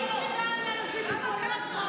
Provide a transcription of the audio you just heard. אין מי שדאג לאנשים עם מוגבלויות כמו,